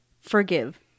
forgive